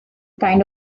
kind